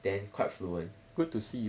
then quite fluent